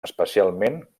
especialment